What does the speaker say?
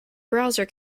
browser